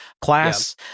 class